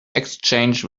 exchange